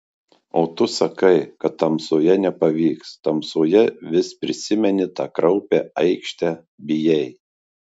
o tu sakai kad tamsoje nepavyks tamsoje vis prisimeni tą kraupią aikštę bijai